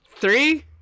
Three